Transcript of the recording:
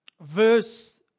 verse